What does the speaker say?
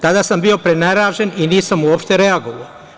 Tada sam bio preneražen i nisam uopšte reagovao.